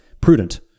prudent